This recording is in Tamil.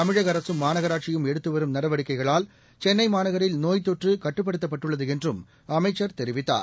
தமிழகஅரசும் மாநகராட்சியும் எடுத்துவரும் நடவடிக்கைகளால் சென்னைமாநகரில் நோய்த் தொற்றுகட்டுப்படுத்தப்பட்டுள்ளதுஎன்றும் அமைச்சர் தெரிவித்தார்